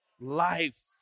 life